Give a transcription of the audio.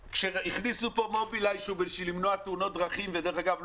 כשהכניסו לפה מוביליי בשביל למנוע תאונות דרכים ודרך אגב,